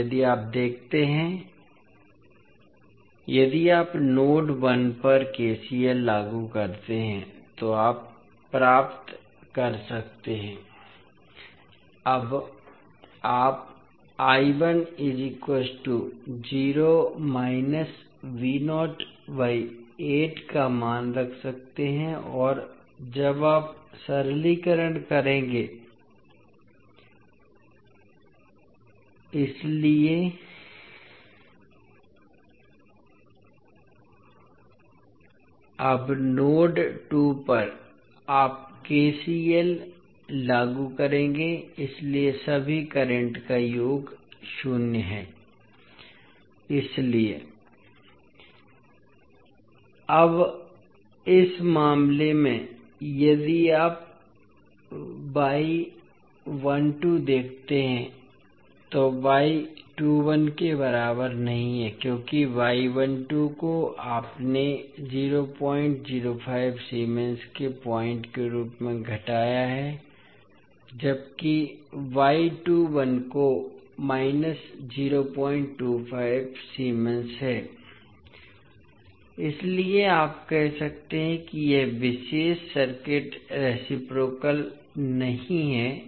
अब यदि आप देखते हैं यदि आप नोड 1 पर केसीएल लागू करते हैं तो आप प्राप्त करते हैं आप का मान रख सकते हैं और जब आप सरलीकरण करेंगे इसलिये अब नोड 2 पर आप केसीएल लागू करेंगे इसलिए सभी करंट का योग 0 है इसलिये अब इस मामले में यदि आप देखते हैं तो के बराबर नहीं है क्योंकि को आपने 005 सीमेंस के पॉइंट के रूप में घटाया है जबकि को 025 सीमेंस है इसलिए आप कह सकते हैं कि यह विशेष सर्किट रेसिप्रोकल नहीं है